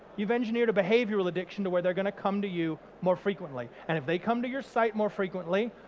you've engineered a behavioural addiction to where they're gonna come to you more frequently, and if they come to your site more frequently,